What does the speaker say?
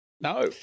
No